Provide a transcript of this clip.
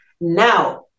now